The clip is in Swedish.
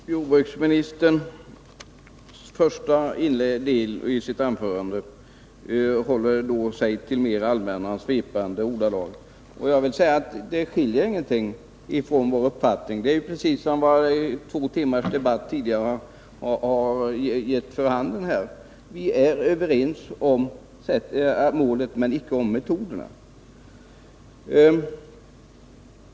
Herr talman! Jordbruksministern höll sig i den första delen av sitt anförande till mera allmänna och svepande ordalag, och det som han då sade skilde sig inte från det som är vår uppfattning. Precis som de tidigare två timmarnas debatt har givit vid handen är vi överens om målet men icke om metoderna.